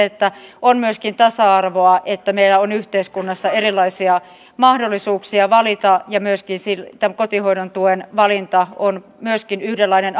että on myöskin tasa arvoa että meillä on yhteiskunnassa erilaisia mahdollisuuksia valita ja kotihoidon tuen valinta on myöskin yhdenlainen